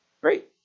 Great